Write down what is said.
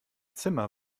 zimmer